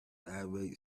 irate